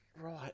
right